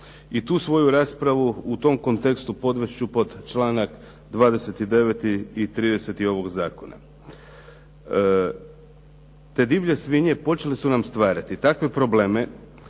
i tu svoju raspravu u tom kontekstu podvest ću pod članak 29. i 30. ovoga Zakona. Te divlje svinje počele su nam stvarati takve probleme